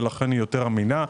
ולכן היא יותר אמינה.